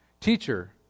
Teacher